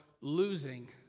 losing